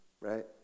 right